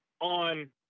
on